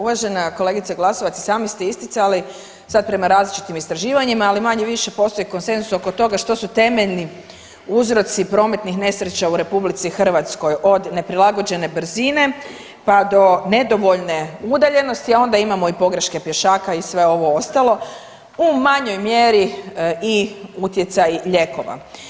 Uvažena kolegice Glasovac i sami ste isticali sad prema različitim istraživanjima, ali manje-više postoji konsenzus oko toga što su temeljni uzroci prometnih nesreća u RH od neprilagođene brzine pa do nedovoljne udaljenosti, a onda imamo i pogreške pješaka i sve ovo ostalo, u manjoj mjeri i utjecaj lijekova.